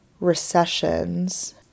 recessions